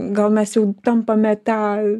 gal mes jau tampame ta